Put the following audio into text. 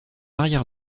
arrière